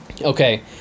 Okay